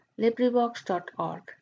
LibriVox.org